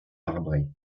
marbré